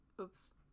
Oops